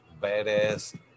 badass